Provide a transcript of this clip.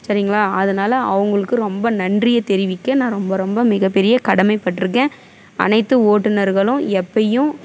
சரிங்களா அதனால் அவங்களுக்கு ரொம்ப நன்றியை தெரிவிக்க நான் ரொம்ப ரொம்ப மிகப்பெரிய கடமைப்பட்டிருக்கேன் அனைத்து ஓட்டுநர்களும் எப்பேயும்